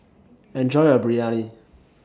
Enjoy your Biryani